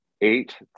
eight